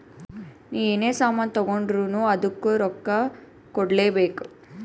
ನೀ ಎನೇ ಸಾಮಾನ್ ತಗೊಂಡುರ್ನೂ ಅದ್ದುಕ್ ರೊಕ್ಕಾ ಕೂಡ್ಲೇ ಬೇಕ್